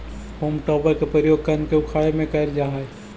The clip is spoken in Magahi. होम टॉपर के प्रयोग कन्द के उखाड़े में करल जा हई